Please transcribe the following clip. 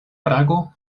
prago